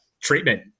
treatment